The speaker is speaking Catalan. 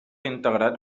integrat